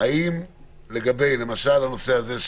האם את הנושא של